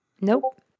Nope